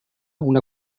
una